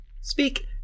speak